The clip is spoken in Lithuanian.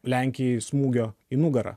lenkijai smūgio į nugarą